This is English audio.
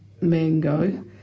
mango